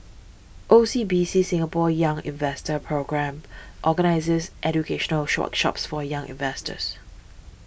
O C B C Singapore's Young Investor Programme organizes educational shop shops for young investors